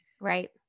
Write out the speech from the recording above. right